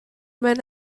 when